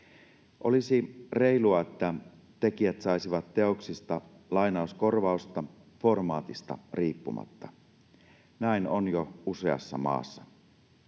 Olisi reilua, että tekijät saisivat teoksistaan lainauskorvausta formaatista riippumatta. Näin on jo useassa maassa.